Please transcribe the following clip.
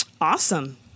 awesome